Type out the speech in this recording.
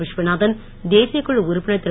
விஸ்வநாதன் தேசியக்குழு உறுப்பினர் திரு